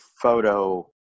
photo